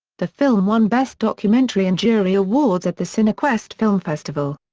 the film won best documentary and jury awards at the cinequest film festival.